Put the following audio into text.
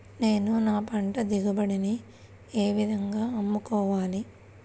నేను నా పంట దిగుబడిని ఏ విధంగా అమ్ముకోవాలి?